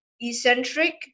eccentric